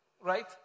right